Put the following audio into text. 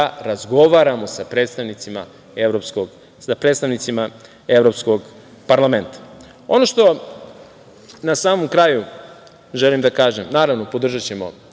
razgovaramo sa predstavnicima Evropskog parlamenta. Ono što na samom kraju želim da kažem, naravno podržaćemo